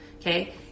Okay